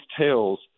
tells